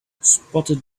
spotted